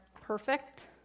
perfect